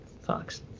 fox